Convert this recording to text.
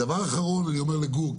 דבר אחרון אני עונה לגור,